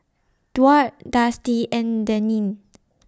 Duard Dusty and Denine